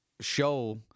show